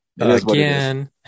again